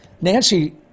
nancy